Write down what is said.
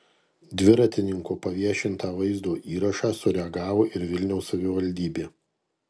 dviratininko paviešintą vaizdo įrašą sureagavo ir vilniaus savivaldybė